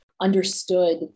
understood